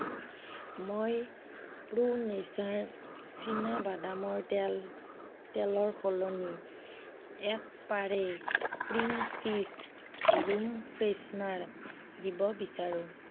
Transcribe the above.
মই pro nature চীনাবাদামৰ তেলৰ সলনি এক পাৰে স্প্ৰীং ফিষ্ট ৰুম ফ্ৰেছনাৰ দিব বিচাৰোঁ